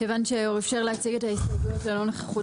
כיוון שהוא אפשר להציג את ההסתייגויות ללא נוכחות